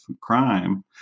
crime